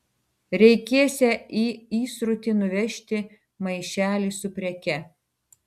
reikėsią į įsrutį nuvežti maišelį su preke